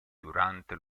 durante